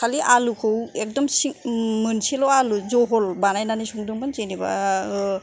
खालि आलुखौ एखदम मोनसेल' आलु जह'ल बानायनानै संदोंमोन जेनेबा ओ